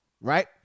right